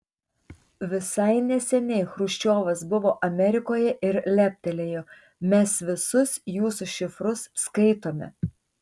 visai neseniai chruščiovas buvo amerikoje ir leptelėjo mes visus jūsų šifrus skaitome